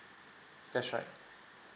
that's right